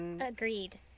Agreed